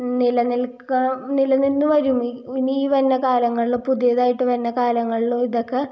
നിലനിൽക്കുക നില നിന്നു വരും ഈ ഇനി ഈ വരുന്ന കാലങ്ങളിൽ പുതിയതായിട്ട് വരുന്ന കാലങ്ങളിലും ഇതൊക്കെ